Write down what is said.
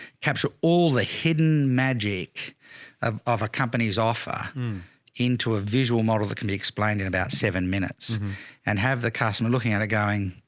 capture all the hidden magic of of a company's offer into a visual model that can be explained in about seven minutes and have the customer looking at it going,